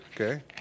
Okay